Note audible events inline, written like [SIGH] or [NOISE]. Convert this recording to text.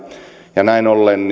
ja näin ollen [UNINTELLIGIBLE]